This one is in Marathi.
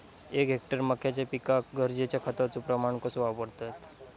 एक हेक्टर मक्याच्या पिकांका गरजेच्या खतांचो प्रमाण कसो वापरतत?